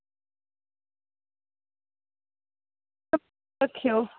रक्खेओ